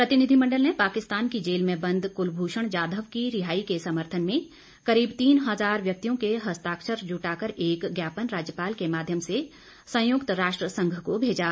प्रतिनिधिमण्डल ने पाकिस्तान की जेल में बंद कुलभूषण जाधव की रिहाई के समर्थन में करीब तीन हजार व्यक्तियों के हस्ताक्षर जुटाकर एक ज्ञापन राज्यपाल के माध्यम से संयुक्त राष्ट्र संघ को भेजा